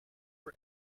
for